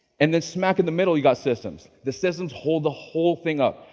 and then smack in the middle, you got systems. the systems hold the whole thing up.